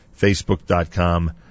facebook.com